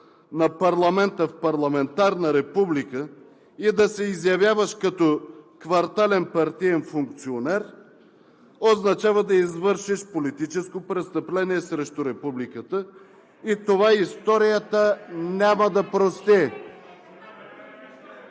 на парламента в парламентарна република и да се изявяваш като квартален партиен функционер означава да извършиш политическо престъпление срещу републиката. Това историята няма да прости!